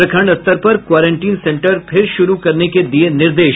प्रखंड स्तर पर क्वारेंटिन सेंटर फिर शुरू करने के दिये निर्देश